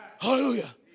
Hallelujah